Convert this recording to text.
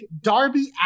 Darby